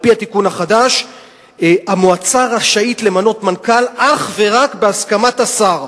על-פי התיקון החדש המועצה רשאית למנות מנכ"ל אך ורק בהסכמת השר,